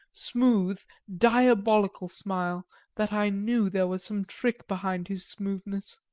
smooth, diabolical smile that i knew there was some trick behind his smoothness.